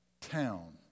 town